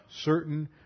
certain